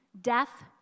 death